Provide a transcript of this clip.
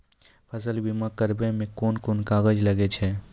फसल बीमा कराबै मे कौन कोन कागज लागै छै?